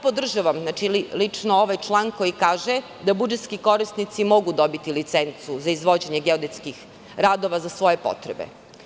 Podržavam lično ovaj član koji kaže da budžetski korisnici mogu dobiti licencu za izvođenje geodetskih radova za svoje potrebe.